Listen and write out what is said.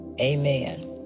Amen